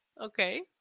Okay